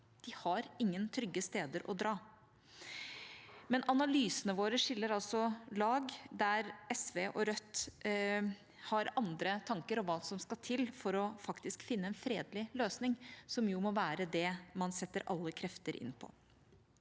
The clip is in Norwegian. De har ingen trygge steder å dra. Analysene våre skiller altså lag der SV og Rødt har andre tanker om hva som skal til for faktisk å finne en fredelig løsning, som jo må være det man setter alle krefter inn på.